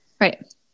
right